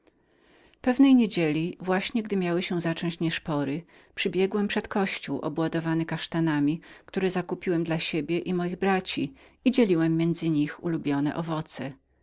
pewnej niedzieli właśnie gdy miano zacząć nieszpory przybiegłem przed kościół obładowany kasztanami które zakupiłem dla siebie i moich braci i dzieliłem między nich ulubiony owoc